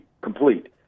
complete